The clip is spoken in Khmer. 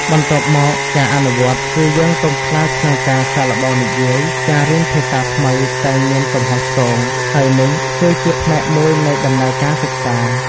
បន្ទាប់មកការអនុវត្តន៍ គឺយើងកុំខ្លាចក្នុងការសាកល្បងនិយាយ ការរៀនភាសាថ្មីតែងមានកំហុសឆ្គង ហើយនេះគឺជាផ្នែកមួយនៃដំណើរការសិក្សា។